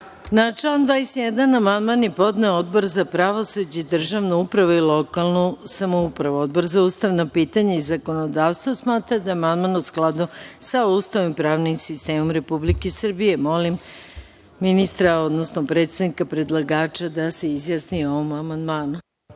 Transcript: Na član 21. amandman je podneo Odbor za pravosuđe i državnu upravu i lokalnu samoupravu. Odbor za ustavna pitanja i zakonodavstvo smatra da je amandman u skladu sa Ustavom i pravnim sistemom Republike Srbije. Molim ministra, odnosno predstavnika predlagača da se izjasni o ovom